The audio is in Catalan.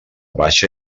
baixa